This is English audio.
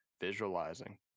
visualizing